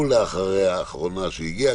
ואחריו אחרונה שהגיעה,